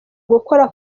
gukora